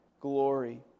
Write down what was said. glory